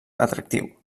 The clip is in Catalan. atractiu